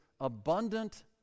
abundant